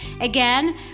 again